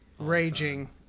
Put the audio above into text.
Raging